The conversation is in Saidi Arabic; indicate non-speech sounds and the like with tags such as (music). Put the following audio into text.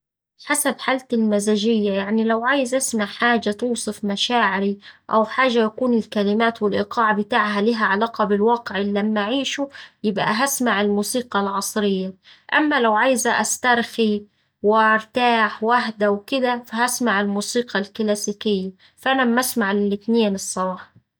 حسب حالتي المزاجية يعني لو عايزة أسمع حاجة توصف مشاعري أو حاجة يكون الكلمات والإيقاع بتاعها ليها علاقة بالواقع اللي أما أعيشه، يبقا هسمع الموسيقى العصرية. أما لو عايز استرخي و (hesitation) وارتاح وأهدى وكدا فهسمع الموسيقى الكلاسيكية، فأنا أما أسمع الاتنين الصراحة.